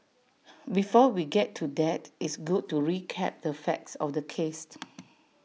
before we get to that it's good to recap the facts of the case